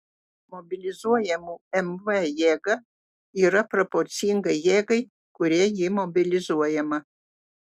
mobilizuojamų mv jėga yra proporcinga jėgai kuria ji mobilizuojama